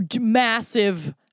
massive